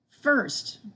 First